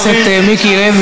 חבר הכנסת מיקי לוי,